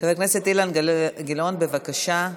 חבר הכנסת אילן גילאון, בבקשה.